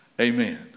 Amen